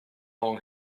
von